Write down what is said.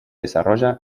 desarrolla